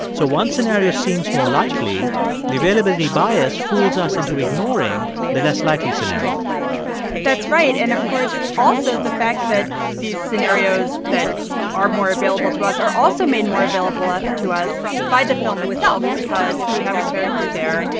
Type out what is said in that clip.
so one scenario seems more likely the availability bias fools us into ignoring the less likely scenario that's right. and, of course, also, the fact that these scenarios that are more available to us are also made more available ah to us by the film itself because we have a character there,